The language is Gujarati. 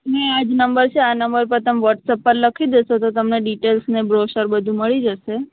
હા આ જ નંબર છે આ નંબર પર તમે વોટ્સપ પર લખી દેશો તો તમને ડીટેઈલ્સ ને બ્રોશર બધું મળી જશે